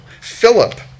Philip